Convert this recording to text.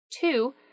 Two